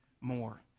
more